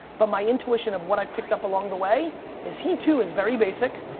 but my intuition of what i've picked up along the way is he too is very basic,